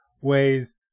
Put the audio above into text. ways